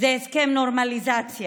זה הסכם נורמליזציה.